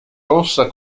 rossa